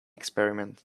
experiment